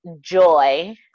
Joy